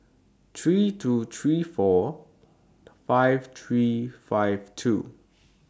three two three four five three five two